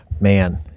man